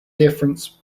difference